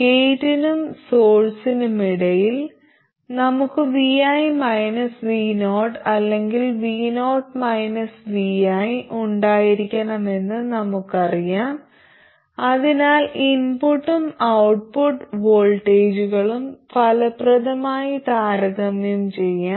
ഗേറ്റിനും സോഴ്സിനുമിടയിൽ നമുക്ക് vi vo അല്ലെങ്കിൽ vo-vi ഉണ്ടായിരിക്കണമെന്ന് നമുക്ക് അറിയാം അതിനാൽ ഇൻപുട്ടും ഔട്ട്പുട്ട് വോൾട്ടേജുകളും ഫലപ്രദമായി താരതമ്യം ചെയ്യാം